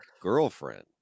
girlfriend